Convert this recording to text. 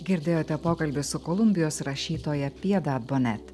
girdėjote pokalbį su kolumbijos rašytoja pjieda bonet